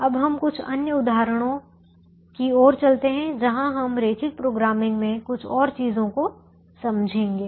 अब हम कुछ अन्य उदाहरणों की ओर चलते हैं जहाँ हम रैखिक प्रोग्रामिंग में कुछ और चीजों को समझेंगे